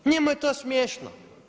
Njemu je to smiješno.